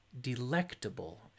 delectable